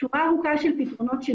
שורה ארוכה של פתרונות.